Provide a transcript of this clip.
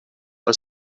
are